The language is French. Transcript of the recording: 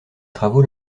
travaux